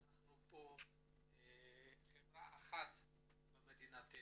אנחנו פה חברה אחת במדינתנו.